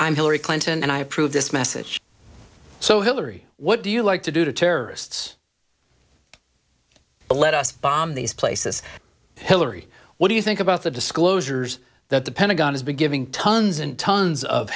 i'm hillary clinton and i approve this message so hillary what do you like to do to terrorists let us bomb these places hillary what do you think about the disclosures that the pentagon has been giving tons and tons of